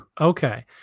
Okay